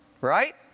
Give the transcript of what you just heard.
Right